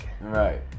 right